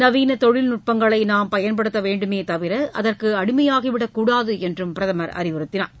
நவீன தொழில்நுட்பங்களை நாம் பயன்படுத்த வேண்டுமே தவிர அதற்கு அடிமையாகிவிடக்கூடாது என்றும் பிரதமர் அறிவுறுத்தினார்